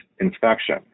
infection